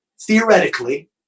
Theoretically